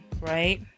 right